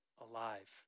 alive